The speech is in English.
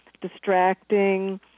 distracting